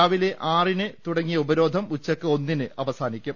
രാവിലെ ആറിന് തുടങ്ങിയ ഉപരോധം ഉച്ചക്ക് ഒന്നിന് അവസാനിക്കും